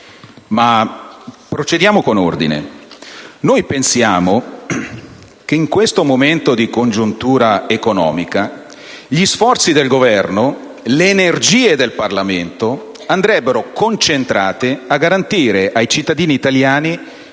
Procediamo con ordine. Noi pensiamo che in questo momento di congiuntura economica gli sforzi del Governo e le energie del Parlamento andrebbero concentrati a garantire ai cittadini italiani